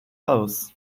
aus